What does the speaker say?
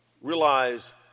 realize